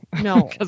No